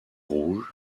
rouge